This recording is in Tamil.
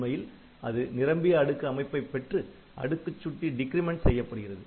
உண்மையில் அது நிரம்பிய அடுக்கு அமைப்பை பெற்று அடுக்குச் சுட்டி டிக்ரிமென்ட் செய்யப்படுகிறது